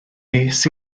nes